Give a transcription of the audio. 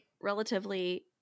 relatively